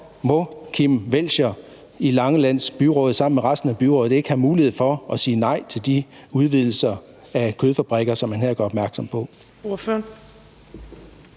i byrådet på Langeland sammen med resten af byrådet ikke må have mulighed for at sige nej til de udvidelser af kødfabrikker, som han her gør opmærksom på. Kl.